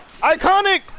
iconic